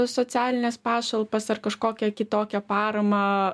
socialines pašalpas ar kažkokią kitokią paramą